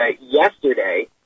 yesterday